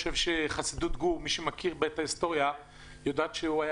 מי שמכיר את ההיסטוריה יודע שהאדמו"ר של חסידות